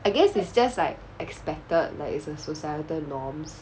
I guess it's just like expected like it's a societal norms